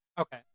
Okay